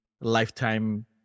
lifetime